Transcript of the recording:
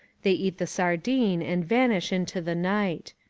they eat the sardine and vanish into the night.